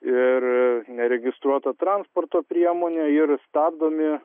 ir neregistruota transporto priemonė ir stabdomi